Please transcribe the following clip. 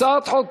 הצעת חוק